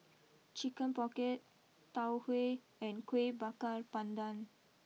Chicken pocket Tau Huay and Kueh Bakar Pandan